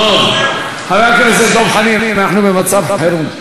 דב, חבר הכנסת דב חנין, אנחנו במצב חירום.